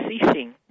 ceasing